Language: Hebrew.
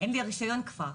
אין לי רישיון כבר,